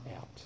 out